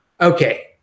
Okay